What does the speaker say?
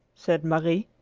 said marie.